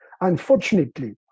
Unfortunately